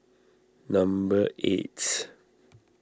number eight